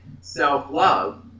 self-love